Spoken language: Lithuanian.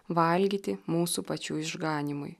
valgyti mūsų pačių išganymui